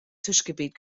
tischgebet